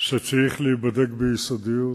שצריך להיבדק ביסודיות,